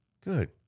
good